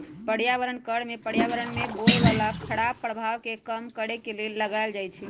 पर्यावरण कर में पर्यावरण में होय बला खराप प्रभाव के कम करए के लेल लगाएल जाइ छइ